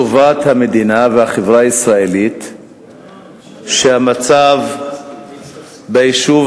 טובת המדינה והחברה הישראלית שהמצב ביישוב